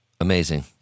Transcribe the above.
Amazing